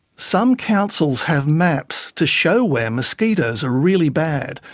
some councils have maps to show were mosquitoes are really bad,